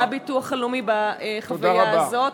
מהביטוח הלאומי בחוויה הזאת.